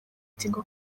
tigo